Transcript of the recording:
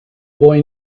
boy